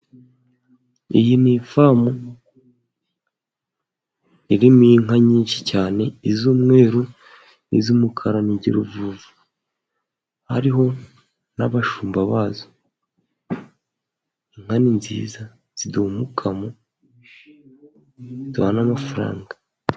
Iyi ni ifamu irimo inka nyinshi cyane. Iz'umweru n'iz'umukara, n'izurujuju hariho n'abashumba bazo inka ni nziza zituma tubona mafaranga.